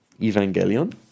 Evangelion